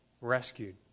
rescued